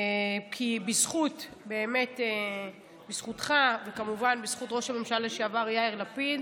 כי בזכותך וכמובן בזכות ראש הממשלה לשעבר יאיר לפיד